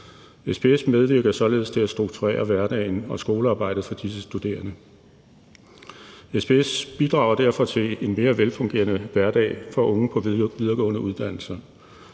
SPS medvirker således til at strukturere hverdagen og skolearbejdet for disse studerende. SPS bidrager derfor til en mere velfungerende hverdag for unge på videregående uddannelse.